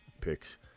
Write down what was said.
picks